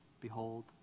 Behold